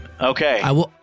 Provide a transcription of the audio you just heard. Okay